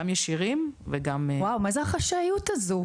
גם ישירים וגם --- מה זו החשאיות הזו?